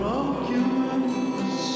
arguments